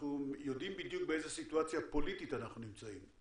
אנחנו יודעים בדיוק באיזה סיטואציה פוליטית אנחנו נמצאים,